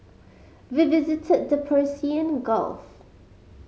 we visited the Persian Gulf